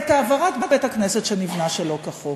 את העברת בית-הכנסת שנבנה שלא כחוק.